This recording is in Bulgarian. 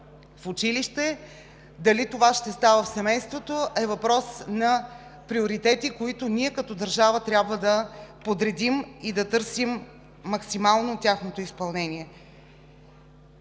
в училище, дали това ще става в семейството, е въпрос на приоритети, които ние като държава трябва да подредим и да търсим максимално тяхното изпълнение.